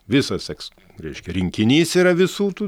visas eks reiškia rinkinys yra visų tų